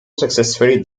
successfully